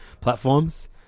platforms